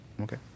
okay